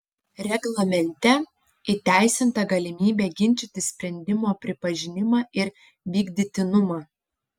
reglamente įteisinta galimybė ginčyti sprendimo pripažinimą ir vykdytinumą